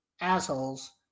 assholes